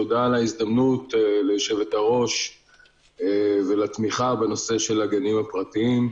תודה על ההזדמנות ליושבת-הראש ולתמיכה בנושא של הגנים הפרטיים.